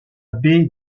baie